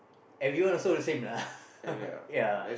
everyone also the same lah ya